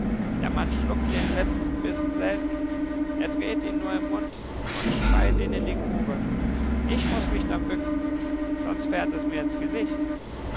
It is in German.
der mann schluckt den letzten bissen selten er dreht ihn nur im mund und speit ihn in die grube ich muß mich dann bücken sonst fährt er mir ins gesicht